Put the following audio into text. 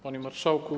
Panie Marszałku!